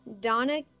Donna